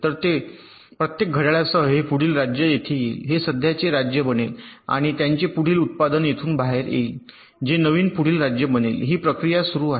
तर प्रत्येक घड्याळासह हे पुढील राज्य येथे येईल हे सध्याचे राज्य बनेल आणि त्याचे पुढील उत्पादन येथून बाहेर येईल जे नवीन पुढील राज्य बनेल ही प्रक्रिया सुरू आहे